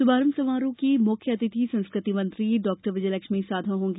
शुभारंभ समारोह की मुख्य अतिथि संस्कृति मंत्री डॉ विजयलक्ष्मी साधौ होंगी